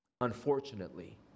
unfortunately